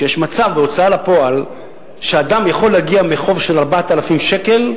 שיש מצב בהוצאה לפועל שאדם יכול להגיע מחוב של 4,000 שקל,